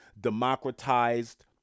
democratized